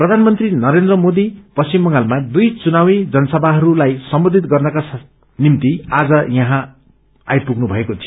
प्रधानमन्त्री नरेन्द्र मोदी पश्चिम बंगालमा दुइ चुनावी जनसभाहरूलाई सम्बोधित गर्नका निम्ति आज यहाँ पुग्नु भएको थियो